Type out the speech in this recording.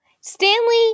Stanley